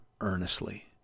earnestly